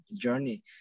journey